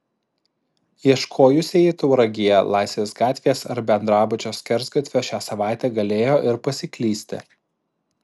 ieškojusieji tauragėje laisvės gatvės ar bendrabučio skersgatvio šią savaitę galėjo ir pasiklysti